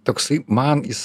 toksai man jis